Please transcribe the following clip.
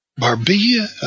Barbilla